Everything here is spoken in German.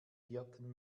hirten